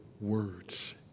words